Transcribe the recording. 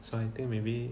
so I think maybe